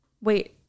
wait